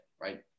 right